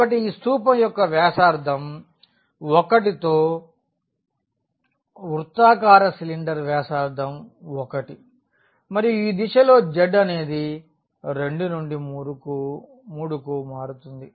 కాబట్టి ఈ స్తూపం యొక్క వ్యాసార్థం 1 తో వృత్తాకార సిలిండర్ వ్యాసార్థం 1 మరియు ఈ దిశలో z అనేది 2 నుండి 3కు మారుతుంది